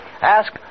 Ask